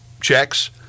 checks